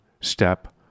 step